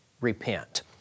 repent